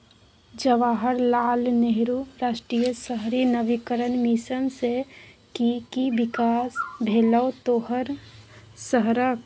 जवाहर लाल नेहरू राष्ट्रीय शहरी नवीकरण मिशन सँ कि कि बिकास भेलौ तोहर शहरक?